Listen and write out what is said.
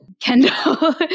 Kendall